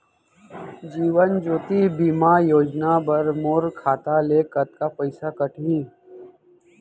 जीवन ज्योति बीमा योजना बर मोर खाता ले कतका पइसा कटही?